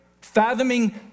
fathoming